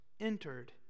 entered